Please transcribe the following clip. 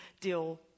deal